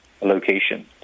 Location